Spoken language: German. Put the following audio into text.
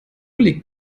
liegt